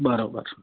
બરાબર